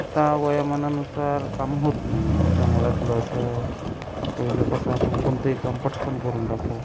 अत्ता वयोमानानुसार कामं होत नाही आहे जंगलातलं असं पहिले कसं आपण कोणतंही काम पटकन करून टाकू